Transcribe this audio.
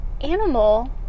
animal